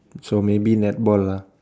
so maybe netball lah